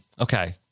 Okay